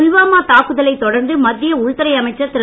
புல்வாமா தாக்குதலை தொடர்ந்து மத்திய உள்துறை அமைச்சர் திரு